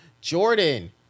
Jordan